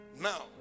now